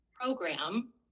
program